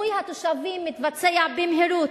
פינוי התושבים מתבצע במהירות,